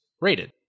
rated